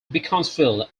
beaconsfield